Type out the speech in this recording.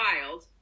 wild